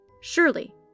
Surely